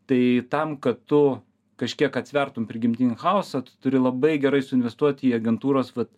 tai tam kad tu kažkiek atsvertum prigimtinį chaosą tu turi labai gerai suinvestuot į agentūros vat